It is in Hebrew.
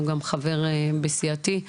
הוא גם חבר בסיעתי.